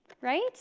right